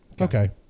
okay